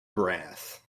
brass